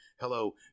hello